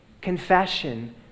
Confession